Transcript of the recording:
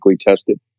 tested